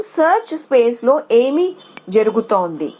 మన search space లో ఏమి జరిగింది